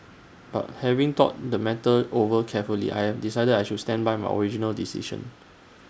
but having thought the matter over carefully I am decided that I should stand by my original decision